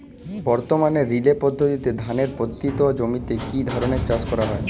বর্তমানে রিলে পদ্ধতিতে ধানের পতিত জমিতে কী ধরনের চাষ করা হয়?